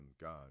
God